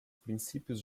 princípios